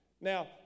Now